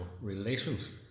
relations